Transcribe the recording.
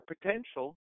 potential